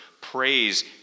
praise